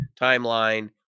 Timeline